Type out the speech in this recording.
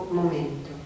momento